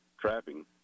trapping